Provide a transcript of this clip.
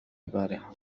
البارحة